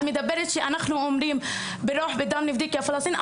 את מדברת שאנחנו אומרים ברוח, בדם נפדה את פלסטין.